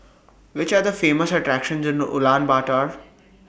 Which Are The Famous attractions in Ulaanbaatar